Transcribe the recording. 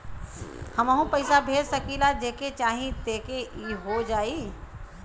हमहू पैसा भेज सकीला जेके चाही तोके ई हो जाई?